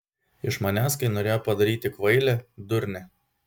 iš manęs kai norėjo padaryti kvailę durnę